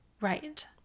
Right